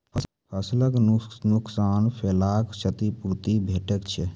फसलक नुकसान भेलाक क्षतिपूर्ति भेटैत छै?